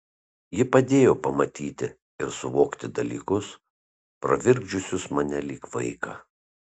ji padėjo pamatyti ir suvokti dalykus pravirkdžiusius mane lyg vaiką